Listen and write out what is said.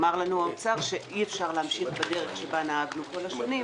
אמר לנו האוצר שאי אפשר להמשיך בדרך שבה נהגנו כל השנים,